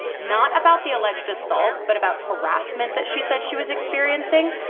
not about the alleged assault, but about harassment that she said she was experiencing.